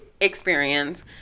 experience